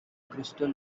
crystal